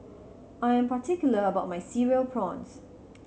I am particular about my Cereal Prawns